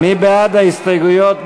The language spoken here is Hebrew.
מי בעד ההסתייגויות?